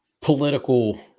political